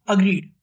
Agreed